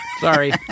Sorry